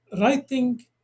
writing